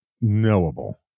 knowable